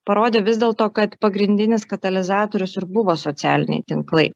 parodė vis dėl to kad pagrindinis katalizatorius ir buvo socialiniai tinklai